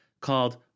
called